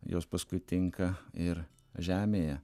jos paskui tinka ir žemėje